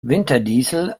winterdiesel